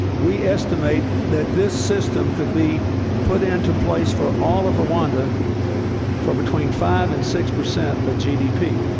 we estimate that this system could be put into place for all of rwanda for between five and six percent of gdp,